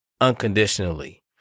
unconditionally